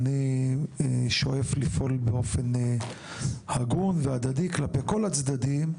אני שואף לפעול באופן הגון והדדי כלפי כל הצדדים.